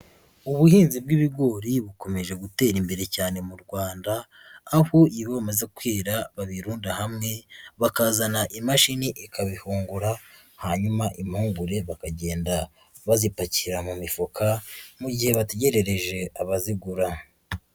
Ubuhinzi bw'ibigori bukomeje gutera imbere cyane mu Rwanda, aho iyo bimaze kwira babirunda hamwe, bakazana imashini ikabihungura, hanyuma impungure bakagenda bazipakira mu mifuka, mu gihe bategerereje abazigura.